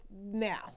now